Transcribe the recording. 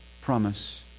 promise